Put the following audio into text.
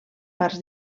parts